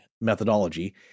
methodology